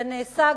זה נעשה.